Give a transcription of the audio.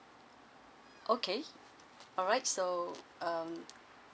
okay alright so um